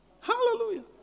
Hallelujah